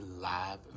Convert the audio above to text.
live